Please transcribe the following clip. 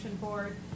Board